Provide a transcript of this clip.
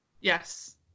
yes